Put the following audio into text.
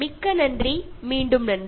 மிக்க நன்றி மீண்டும் நன்றி